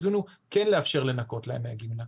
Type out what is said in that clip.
רצינו כן לאפשר לנכות להם מהגמלה.